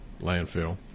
landfill